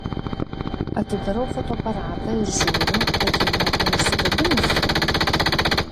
atidarau fotoaparatą ir žiūriu kad ji net neužsikabinusi